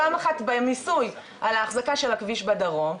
פעם אחת במיסוי על האחזקה של הכביש בדרום,